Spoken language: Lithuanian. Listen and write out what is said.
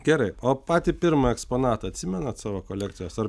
gerai o patį pirmą eksponatą atsimenat savo kolekcijos ar